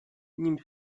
nim